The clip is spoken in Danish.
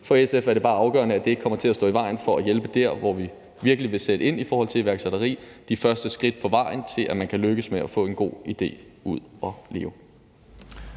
For SF er det bare afgørende, at det ikke kommer til at stå i vejen for at hjælpe der, hvor vi virkelig vil sætte ind i forhold til iværksætteri: de første skridt på vejen til, at man lykkes med at få en god idé ført ud i livet.